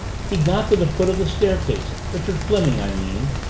he got to the foot of the stair-case richard fleming, i mean,